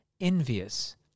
envious